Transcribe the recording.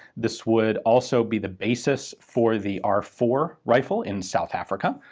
this would also be the basis for the r four rifle in south africa.